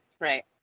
Right